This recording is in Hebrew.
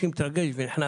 התרגשתי ונחנקתי.